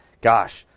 gosh,